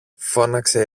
φώναξε